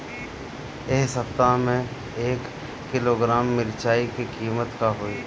एह सप्ताह मे एक किलोग्राम मिरचाई के किमत का होई?